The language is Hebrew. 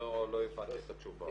לא הבנתי את התשובה.